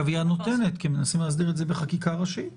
אדוני היושב-ראש, כשאנחנו כתבנו בסעיף קטן (א)